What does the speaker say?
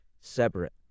separate